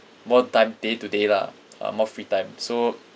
more time day to day lah uh more free time so